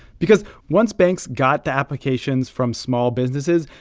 because once banks got the applications from small businesses,